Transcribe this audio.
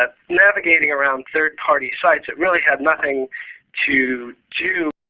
ah navigating around third party sites that really had nothing to do